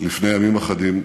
לפני ימים אחדים,